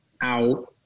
out